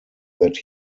that